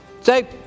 Say